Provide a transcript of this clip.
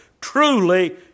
Truly